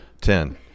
Ten